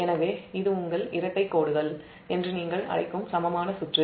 எனவே இது உங்கள் இரட்டை கோடுகள் க்ரவுன்ட் இணைப்பு தவறு என்று நீங்கள் அழைக்கும் சமமான சுற்று